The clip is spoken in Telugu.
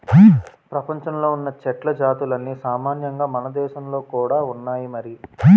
ప్రపంచంలో ఉన్న చెట్ల జాతులన్నీ సామాన్యంగా మనదేశంలో కూడా ఉన్నాయి మరి